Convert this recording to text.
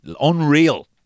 Unreal